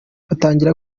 atangira